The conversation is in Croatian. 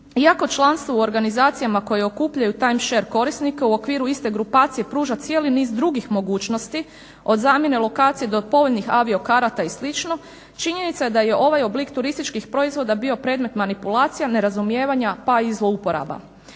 Iako članstvo u organizacijama koje okupljaju time share korisnike u okviru iste grupacije, pruža cijeli niz drugih mogućnosti od zamjene lokacije do povoljnih avio-karata i slično. Činjenica je da je ovaj oblik turističkih proizvoda bio predmet manipulacija, nerazumijevanja pa i zlouporaba.